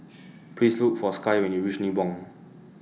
Please Look For Skye when YOU REACH Nibong